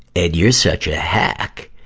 and you're such a hack.